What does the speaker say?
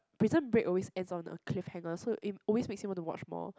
Prison Break always ends on a cliffhanger so it always makes you want to watch more